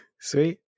Sweet